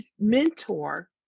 mentor